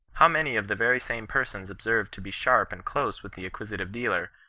how many of the very same persons observed to be sharp and close with the acquisitive dealer,